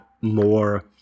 more